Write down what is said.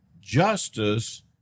justice